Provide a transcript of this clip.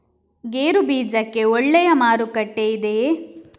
ಗೇರು ಬೀಜಕ್ಕೆ ಒಳ್ಳೆಯ ಮಾರುಕಟ್ಟೆ ಇದೆಯೇ?